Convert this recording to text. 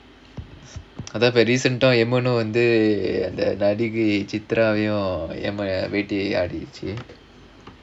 அது எமனும் வந்து சித்ராவையும் வேட்டையாடிடிச்சு:adhu emanum vandhu chithravayum vettayadidichu